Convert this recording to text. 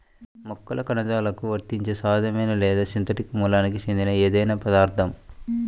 మొక్కల కణజాలాలకు వర్తించే సహజమైన లేదా సింథటిక్ మూలానికి చెందిన ఏదైనా పదార్థం